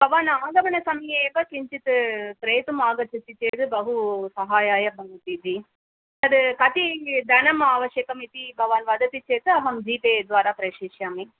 भवान् आगमनसमये एव किञ्चित् क्रेतुम् आगच्छति चेत् बहु साहाय्याय भवति जि तद् कति धनम् आवश्यकम् इति भवान् वदति चेत् अहं जिपे द्वारा प्रेषयिष्यामि